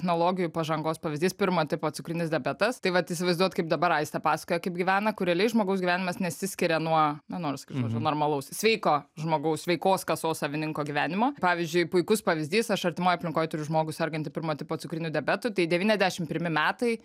technologijų pažangos pavyzdys pirmo tipo cukrinis diabetas tai vat įsivaizduojat kaip dabar aistė pasakoja kaip gyvena kur realiai žmogaus gyvenimas nesiskiria nuo nenoriu sakyt žodžio normalaus sveiko žmogaus sveikos kasos savininko gyvenimo pavyzdžiui puikus pavyzdys aš artimoj aplinkoj turiu žmogų sergantį pirmo tipo cukriniu diabetu tai devyniasdešimt pirmi metai